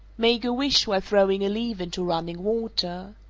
make a wish while throwing a leaf into running water.